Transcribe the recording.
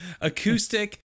Acoustic